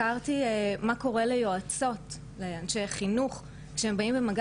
אז גילינו באמת פער מאוד גדול בין החברה היהודית לחברה הערבית.